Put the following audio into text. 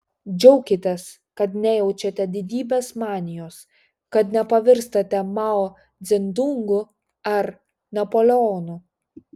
džiaukitės kad nejaučiate didybės manijos kad nepavirstate mao dzedungu ar napoleonu